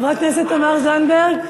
חברת הכנסת תמר זנדברג.